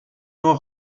nur